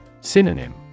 Synonym